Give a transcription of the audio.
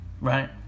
right